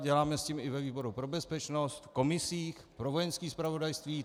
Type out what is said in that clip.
Děláme s tím i ve výboru pro bezpečnost, v komisích, pro Vojenské zpravodajství.